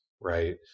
right